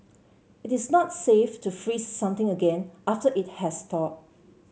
it is not safe to freeze something again after it has thawed